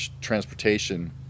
transportation